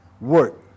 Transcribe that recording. work